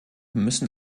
müssen